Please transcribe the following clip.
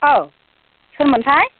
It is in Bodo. औ सोरमोनथाय